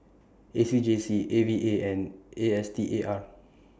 A C J C A V A and A S T A R